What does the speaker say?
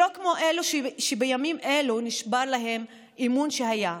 שלא כמו אלו שבימים אלה נשבר להם האמון שהיה,